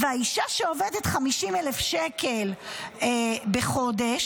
והאישה שמרוויחה 50,000 שקל בחודש,